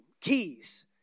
keys